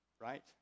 right